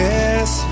Yes